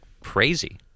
crazy